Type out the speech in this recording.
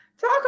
Talk